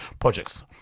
projects